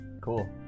Cool